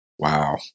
Wow